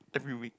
every week